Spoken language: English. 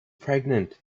pregnant